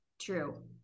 true